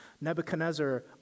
Nebuchadnezzar